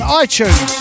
iTunes